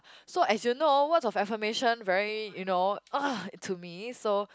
so as you know words of affirmation very you know !ugh! to me so